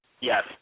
Yes